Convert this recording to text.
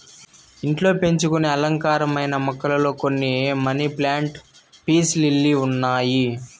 ఇంట్లో పెంచుకొనే అలంకారమైన మొక్కలలో కొన్ని మనీ ప్లాంట్, పీస్ లిల్లీ ఉన్నాయి